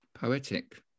poetic